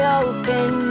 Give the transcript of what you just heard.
open